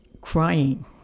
crying